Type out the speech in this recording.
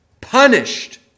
punished